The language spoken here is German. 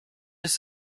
ist